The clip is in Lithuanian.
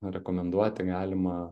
rekomenduoti galima